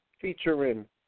featuring